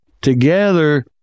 Together